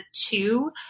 two